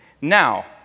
Now